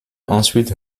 ensuite